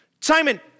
Simon